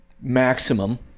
maximum